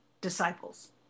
disciples